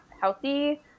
healthy